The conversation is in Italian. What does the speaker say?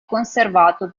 conservato